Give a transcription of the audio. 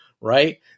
right